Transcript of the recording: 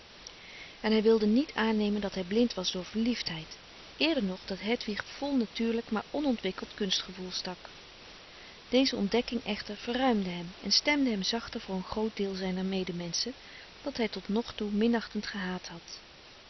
en hij wilde niet aannemen dat hij blind was door verliefdheid eerder nog dat hedwig vol natuurlijk maar onontwikkeld kunstgevoel stak deze ontdekking echter verruimde hem en stemde hem zachter voor een groot deel zijner medemenschen dat hij tot nog toe minachtend gehaat had